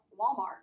Walmart